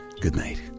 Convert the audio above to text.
goodnight